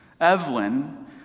Evelyn